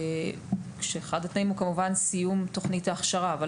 כשאחד התנאים הוא סיום תכנית ההכשרה, כמובן.